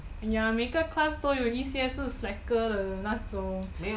!aiya! 每个 class 都有一些是 slacker 的那种